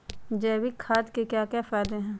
जैविक खाद के क्या क्या फायदे हैं?